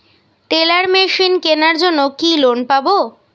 Teller machine কেনার জন্য কি লোন পাব?